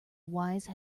wise